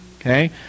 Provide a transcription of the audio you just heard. Okay